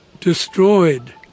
destroyed